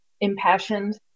impassioned